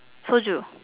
soju